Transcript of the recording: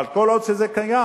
אבל כל עוד זה קיים,